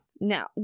Now